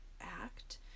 act